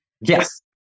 Yes